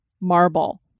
marble